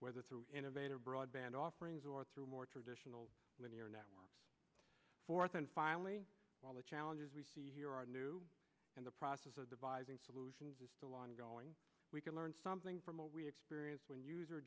whether through innovative broadband offerings or through a more traditional linear network fourth and finally all the challenges we see here are new in the process of devising solutions is still ongoing we can learn something from a we experience when user